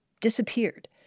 disappeared